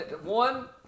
One